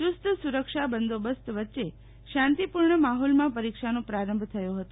ચુસ્ત સુરક્ષા બંદોબસ્ત વચ્ચે શાંતિપૂર્ણ માહીલમાં પરિક્ષાનો પ્રારંભ થયો હતો